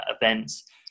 events